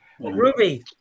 Ruby